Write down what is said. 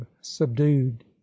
subdued